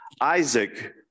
Isaac